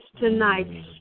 tonight